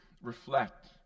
reflect